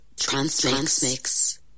Transmix